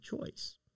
choice